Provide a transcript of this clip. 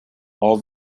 all